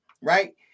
right